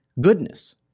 goodness